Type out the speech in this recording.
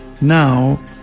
Now